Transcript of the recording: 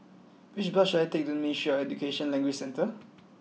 which bus should I take to Ministry of Education Language Centre